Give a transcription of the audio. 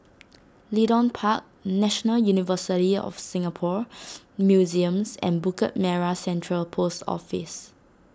Leedon Park National University of Singapore Museums and Bukit Merah Central Post Office